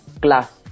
glass